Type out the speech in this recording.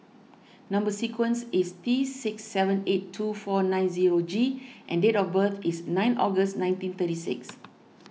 Number Sequence is T six seven eight two four nine zero G and date of birth is nine August nineteen thirty six